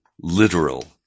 literal